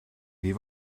wie